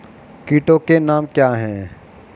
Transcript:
कीटों के नाम क्या हैं?